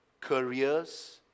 careers